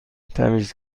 تمیز